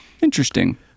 Interesting